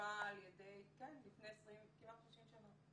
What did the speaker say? שהוקמה לפני כמעט 30 שנה,